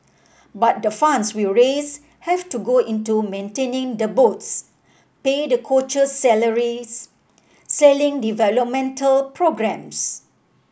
but the funds we raise have to go into maintaining the boats pay the coaches salaries sailing developmental programmes